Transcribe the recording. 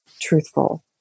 truthful